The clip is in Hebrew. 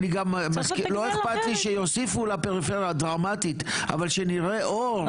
לא איכפת לי שיוסיפו לפריפריה דרמטית אבל שנראה אור,